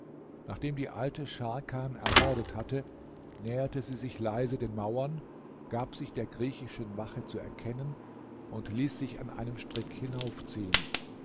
nachdem die alte scharkan ermordet hatte näherte sie sich leise den mauern gab sich der griechischen wache zu erkennen und ließ sich an einem strick hinaufziehen